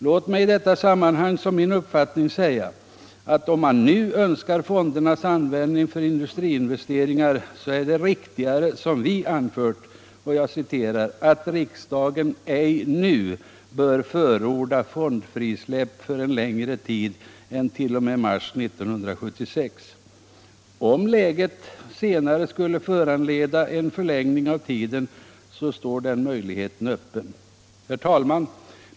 Låt mig i detta sammanhang som min uppfattning uttala, att om man nu önskar fondernas användning för industriinvesteringar, så är det riktigare, som vi anfört, att riksdagen ej nu bör förorda fondfrisläpp för en längre period än t.o.m. mars 1976. Om läget senare skulle föranleda en förlängning av tiden, så står den möjligheten öppen. Herr talman!